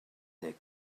their